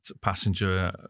passenger